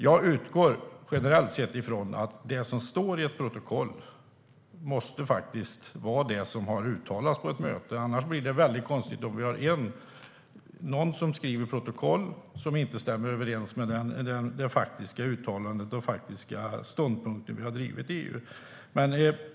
Jag utgår generellt sett från att det som står i ett protokoll måste vara det som har uttalats på ett möte. Det blir väldigt konstigt om någon skriver protokoll som inte stämmer överens med de faktiska uttalandena och de faktiska ståndpunkter vi har drivit i EU.